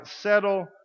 settle